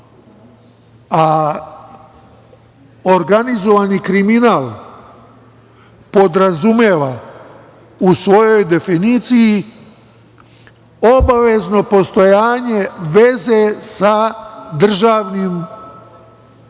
a organizovani kriminal podrazumeva u svojoj definiciji obavezno postojanje veze sa državnim institucijama